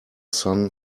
sun